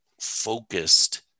focused